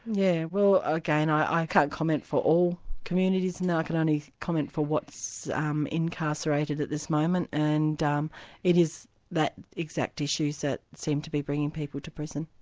yeah well again, i can't comment for all communities. and i can only comment for what's um incarcerated at this moment, and um it is that exact issue that seems to be bringing people to prison.